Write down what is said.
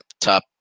top